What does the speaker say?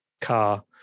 car